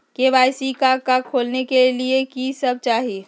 KYC का का खोलने के लिए कि सब चाहिए?